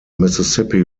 mississippi